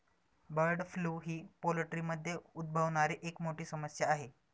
bird flu ही पोल्ट्रीमध्ये उद्भवणारी एक मोठी समस्या आहे